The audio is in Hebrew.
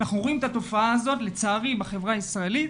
אנחנו רואים את התופעה הזאת לצערי בחברה הישראלית,